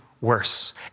worse